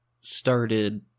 started